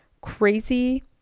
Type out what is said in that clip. crazy